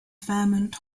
fairmont